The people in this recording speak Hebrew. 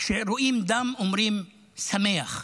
כשהם רואים דם הם אומרים: שמח,